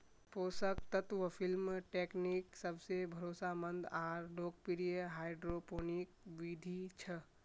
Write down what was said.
पोषक तत्व film technique सबसे भरोसामंद आर लोकप्रिय हाइड्रोपोनिक बिधि छ